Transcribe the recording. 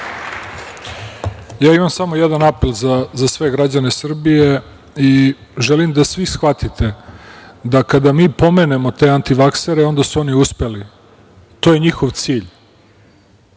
Imam samo jedan apel za sve građane Srbije i želim da svi shvatite da kada mi pomenemo te antivaksere, onda su oni uspeli. To je njihov cilj.